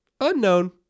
Unknown